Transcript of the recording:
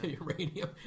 Uranium